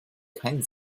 kein